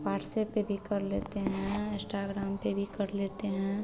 WhatsApp पर भी कर लेते हैं इन्स्टाग्राम पर भी कर लेते हैं